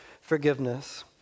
forgiveness